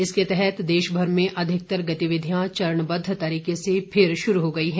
इसके तहत देश भर में अधिकतर गतिविधियां चरणबद्ध तरीके से फिर शुरू हो गई हैं